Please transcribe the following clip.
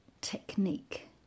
technique